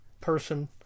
person